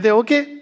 okay